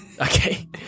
Okay